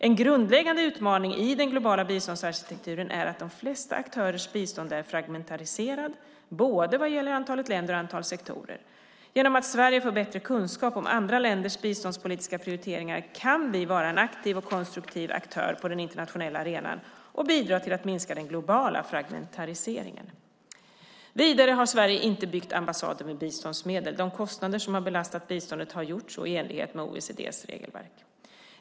En grundläggande utmaning i den globala biståndsarkitekturen är att de flesta aktörers bistånd är fragmentiserat både vad gäller antal länder och antal sektorer. Genom att Sverige får bättre kunskap om andra länders biståndspolitiska prioriteringar kan vi vara en aktiv och konstruktiv aktör på den internationella arenan och bidra till att minska den globala fragmentiseringen. Vidare har Sverige inte byggt ambassader med biståndsmedel. De kostnader som har belastat biståndet har gjort så i enlighet med OECD:s regelverk.